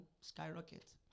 skyrocket